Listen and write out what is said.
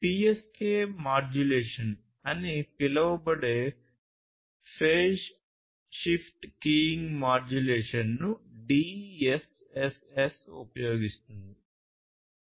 PSK modulation అని పిలువబడే phase shift keying మాడ్యులేషన్ను DSSS ఉపయోగిస్తుంది